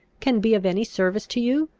can be of any service to you,